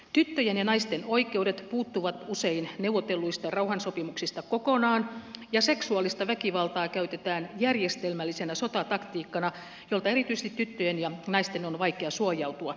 tyttöjen ja naisten oikeudet puuttuvat usein neuvotelluista rauhansopimuksista kokonaan ja seksuaalista väkivaltaa käytetään järjestelmällisenä sotataktiikkana jolta erityisesti tyttöjen ja naisten on vaikea suojautua